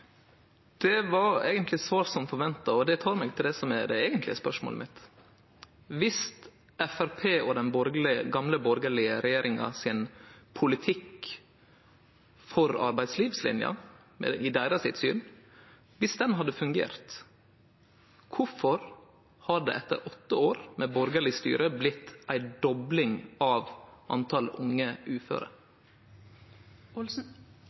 Det var eigentleg svar som forventa, og det tek meg til det som er det eigentlege spørsmålet mitt: Viss Framstegspartiet og den gamle borgarlege regjeringa sin politikk for arbeidslivslinja, deira syn, hadde fungert, kvifor har det etter åtte år med borgarleg styre blitt ei dobling av talet på unge uføre?